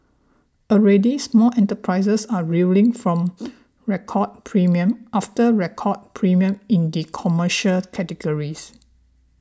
already small enterprises are reeling from record premium after record premium in the commercial category